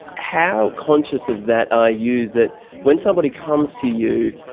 how conscious of that are you that when somebody comes to you,